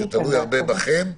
זה תלוי הרבה בכם,